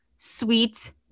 sweet